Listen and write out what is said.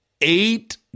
eight